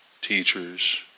teachers